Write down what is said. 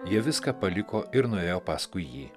jie viską paliko ir nuėjo paskui jį